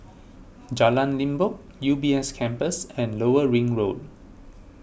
Jalan Limbok U B S Campus and Lower Ring Road